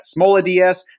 SmolaDS